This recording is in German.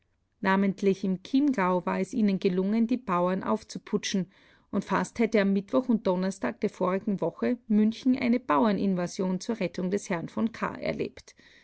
namentlich im chiemgau war es ihnen gelungen die bauern aufzuputschen und fast hätte am mittwoch und donnerstag der vorigen woche münchen eine bauerninvasion zur rettung des herrn v kahr erlebt